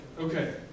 Okay